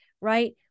right